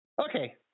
Okay